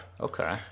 Okay